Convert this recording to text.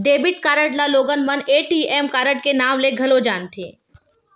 debit card ल लोगन मन ए.टी.एम कारड के नांव ले घलो जानथे